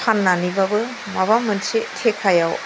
फान्नानैबाबो माबा मोनसे थेखायाव